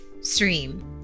stream